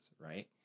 right